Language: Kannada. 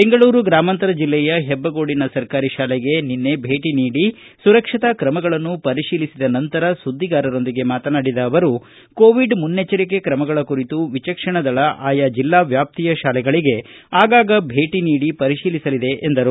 ಬೆಂಗಳೂರು ಗ್ರಾಮಾಂತರ ಜಿಲ್ಲೆಯ ಹೆಬ್ಬಗೋಡಿನ ಸರ್ಕಾರಿ ಶಾಲೆಗೆ ತೆರಳಿ ಸುರಕ್ಷತಾ ಕ್ರಮಗಳನ್ನು ಪರಿತೀಲಿಸಿದ ನಂತರ ಸುದ್ದಿಗಾರರೊಂದಿಗೆ ಮಾತನಾಡಿದ ಅವರು ಕೋವಿಡ್ ಮುನ್ನೆಚ್ವರಿಕೆ ತ್ರಮಗಳ ಕುರಿತು ವಿಚಕ್ಷಣದಳ ಆಯಾ ಜಿಲ್ಲಾ ವ್ಯಾಪ್ತಿಯ ಶಾಲೆಗಳಿಗೆ ಆಗಾಗ ಭೇಟಿ ನೀಡಿ ಪರಿಶೀಲಿಸಲಿದೆ ಎಂದರು